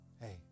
Hey